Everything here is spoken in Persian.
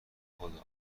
زندونیم